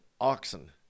oxen